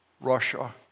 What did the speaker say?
Russia